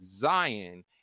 Zion